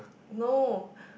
no